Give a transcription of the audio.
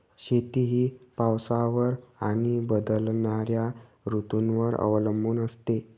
शेती ही पावसावर आणि बदलणाऱ्या ऋतूंवर अवलंबून असते